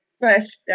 first